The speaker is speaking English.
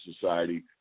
society